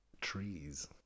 trees